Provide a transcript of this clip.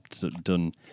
done